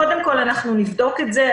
קודם כול, אנחנו נבדוק את זה.